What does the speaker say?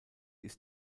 ist